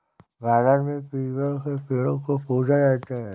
भारत में पीपल के पेड़ को पूजा जाता है